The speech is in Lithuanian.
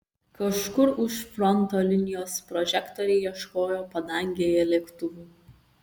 kažkur už fronto linijos prožektoriai ieškojo padangėje lėktuvų